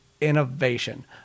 innovation